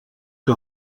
que